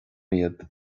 iad